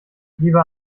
lieber